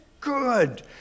good